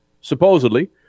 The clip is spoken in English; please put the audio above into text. supposedly